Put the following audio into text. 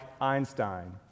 Einstein